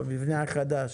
במבנה החדש.